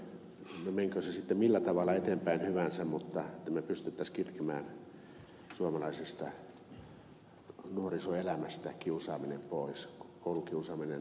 nurmen erinomainen aloite sitten millä tavalla eteenpäin hyvänsä että me pystyisimme kitkemään suomalaisesta nuorisoelämästä kiusaamisen pois koulukiusaaminen